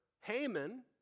Haman